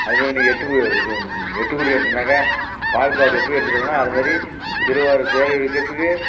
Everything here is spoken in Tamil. அதுமாரி இன்றைக்கி எட்டுக்கு இது எட்டுக்குடி எடுத்தோன்னக்கால் பால் காவடி எப்படி எடுத்துகிட்டு வருவோமோ அதுமாரி திருவாரூர் தேர் இழுக்கிறத்துக்கு